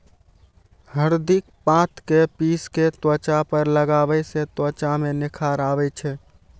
हरदिक पात कें पीस कें त्वचा पर लगाबै सं त्वचा मे निखार आबै छै